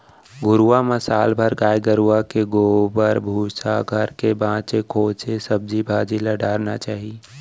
घुरूवा म साल भर गाय गरूवा के गोबर, भूसा अउ घर के बांचे खोंचे सब्जी भाजी ल डारना चाही